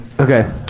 Okay